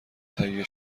تهیه